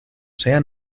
sea